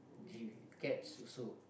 cats also